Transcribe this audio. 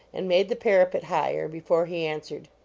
and made the parapet higher, before he answered,